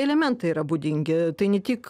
elementai yra būdingi tai ne tik